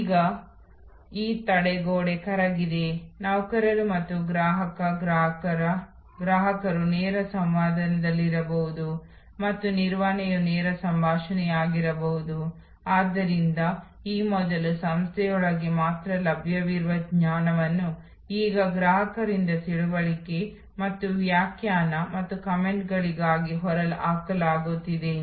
ಈಗ ನೀಲಿ ಮುದ್ರಣ ಪ್ರಕ್ರಿಯೆಯು ಸ್ಪಷ್ಟವಾದ ವಿತರಣೆಗಳು ಮತ್ತು ಸ್ಪಷ್ಟ ಬೆಂಬಲಗಳ ಮೇಲೆ ಮಾತ್ರ ಕೇಂದ್ರೀಕರಿಸುತ್ತದೆ ಅಥವಾ ನಾವು ವರ್ಧಿಸುವ ಮತ್ತು ಪೂರಕ ಸೇವೆಗಳನ್ನು ಕರೆಯುತ್ತೇವೆ